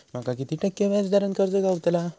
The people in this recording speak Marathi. माका किती टक्के व्याज दरान कर्ज गावतला?